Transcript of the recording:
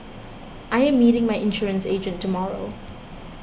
I am meeting my insurance agent tomorrow